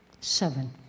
seven